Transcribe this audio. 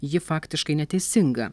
ji faktiškai neteisinga